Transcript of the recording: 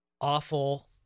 awful—